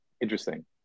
Interesting